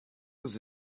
was